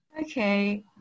okay